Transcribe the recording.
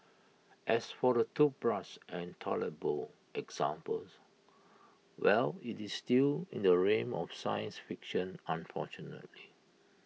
as for the toothbrush and toilet bowl examples well IT is still in the realm of science fiction unfortunately